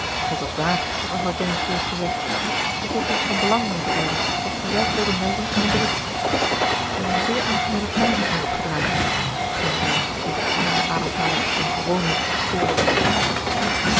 het was waar wat mevrouw jennings je heeft gezegd ik heb je iets van belang mee te deelen dat ik je juist wilde melden in een brief een zeer aangename taak is mij opgedragen ging zij ietwat sneller ademhalend dan gewoonlijk voort